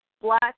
black